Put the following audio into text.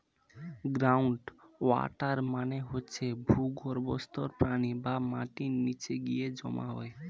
ground water মানে হচ্ছে ভূগর্ভস্থ পানি যা মাটির নিচে গিয়ে জমা হয়